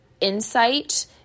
insight